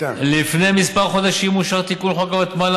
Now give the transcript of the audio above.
לפני כמה חודשים אושר תיקון לחוק הוותמ"ל,